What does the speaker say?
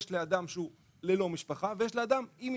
יש לאדם שהוא ללא משפחה ויש לאדם עם משפחה,